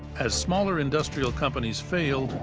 as smaller industrial companies failed,